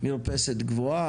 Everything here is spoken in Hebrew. מרפסת גבוהה,